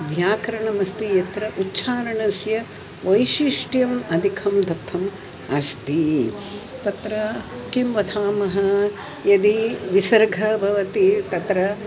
व्याकरणमस्ति यत्र उच्चारणस्य वैशिष्ट्यम् अधिकं दत्तम् अस्ति तत्र किं वदामः यदि विसर्गः भवति तत्र